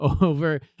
over